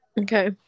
Okay